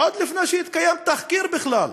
עוד לפני שהתקיים תחקיר בכלל,